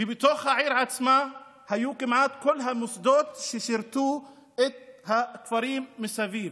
ובתוך העיר עצמה היו כמעט כל המוסדות ששירתו את הכפרים מסביב.